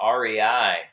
REI